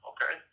Okay